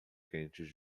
quentes